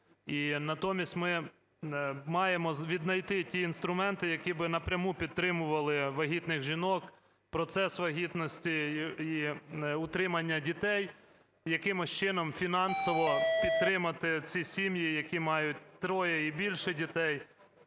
натомість ми маємо віднайти ті інструменти, які би напряму підтримували вагітних жінок, процес вагітності і утримання дітей, якимось чином фінансово підтримати ці сім'ї, які мають троє і більше дітей.